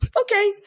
okay